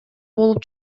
болуп